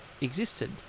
existed